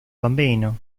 bambino